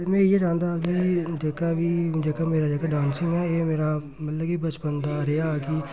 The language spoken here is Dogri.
ते में इ'यै चांह्दा कि जेह्का बी जेह्का मेरा जेह्का डांसिग ऐ एह् मेरा मतलब कि बचपन दा रेहा कि